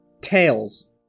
Tails